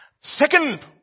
Second